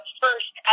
first